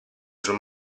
sul